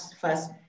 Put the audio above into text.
first